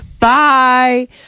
Bye